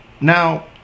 Now